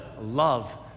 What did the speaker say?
love